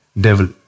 devil